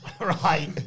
Right